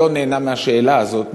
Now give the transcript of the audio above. לא נהנה מהשאלה הזאת,